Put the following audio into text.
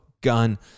gun